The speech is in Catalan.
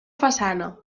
façana